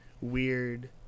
weird